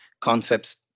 concepts